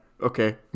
Okay